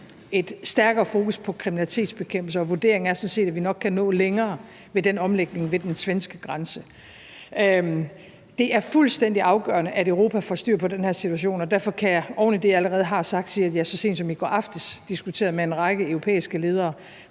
et stærkere fokus på kriminalitetsbekæmpelse, og vurderingen er sådan set, at vi nok kan nå længere med den omlægning ved den svenske grænse. Det er fuldstændig afgørende, at Europa får styr på den her situation, og derfor kan jeg oven i det, jeg allerede har sagt, sige, at jeg så sent som i går aftes diskuterede med en række europæiske ledere,